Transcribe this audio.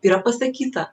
yra pasakyta